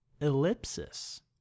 Ellipsis